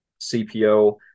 CPO